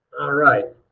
alright.